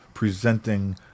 presenting